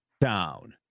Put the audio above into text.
Down